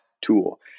tool